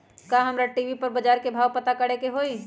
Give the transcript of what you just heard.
का हमरा टी.वी पर बजार के भाव पता करे के होई?